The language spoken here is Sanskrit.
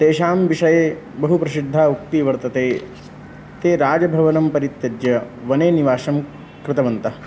तेषां विषये बहुप्रसिद्धा उक्तिः वर्तते ते राजभवनं परित्यज्य वने निवासं कृतवन्तः